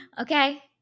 Okay